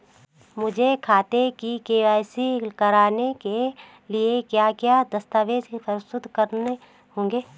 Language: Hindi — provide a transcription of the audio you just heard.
मुझे खाते की के.वाई.सी करवाने के लिए क्या क्या दस्तावेज़ प्रस्तुत करने होंगे?